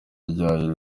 ryayo